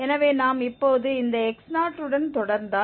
எனவே நாம் இப்போது இந்த x0 உடன் தொடர்ந்தால்